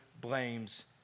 blames